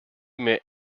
met